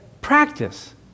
practice